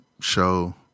show